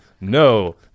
no